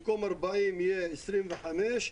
במקום 40 יהיה 25,